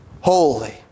holy